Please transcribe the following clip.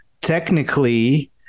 technically